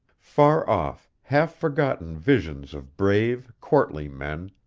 far-off, half-forgotten visions of brave, courtly men,